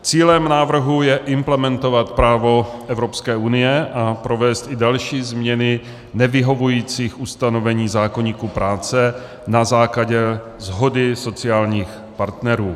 Cílem návrhu je implementovat právo Evropské unie a provést i další změny nevyhovujících ustanovení zákoníku práce na základě shody sociálních partnerů.